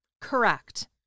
Correct